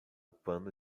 pano